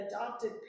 adopted